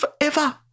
forever